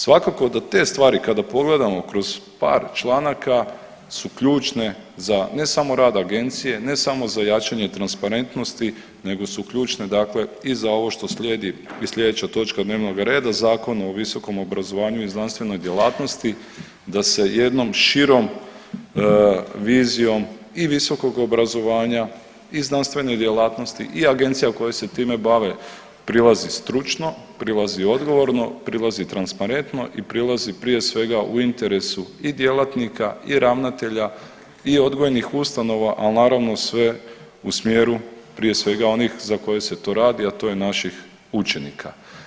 Svakako da te stvari kada pogledamo kroz par članaka su ključne za ne samo rad agencije, ne samo za jačanje transparentnosti, nego su ključne, dakle i za ovo što slijedi i sljedeća točka dnevnoga reda Zakon o visokom obrazovanju i znanstvenoj djelatnosti da se jednom širom vizijom i visokog obrazovanja i znanstvene djelatnosti i agencija koje se time bave prilazi stručno, prilazi odgovorno, prilazi transparentno i prilazi prije svega u interesu i djelatnika i ravnatelja i odgojnih ustanova, ali naravno sve u smjeru prije svega onih za koje se to radi, a to je naših učenika.